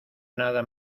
nada